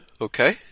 Okay